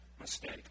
mistake